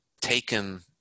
taken